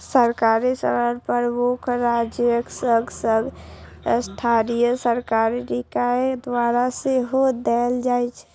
सरकारी ऋण संप्रभु राज्यक संग संग स्थानीय सरकारी निकाय द्वारा सेहो देल जाइ छै